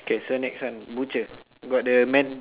okay so next one butcher got the man